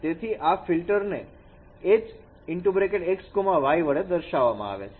તેથી આ ફિલ્ટર ને hx y વડે દર્શાવવામાં આવે છે